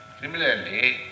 Similarly